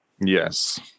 Yes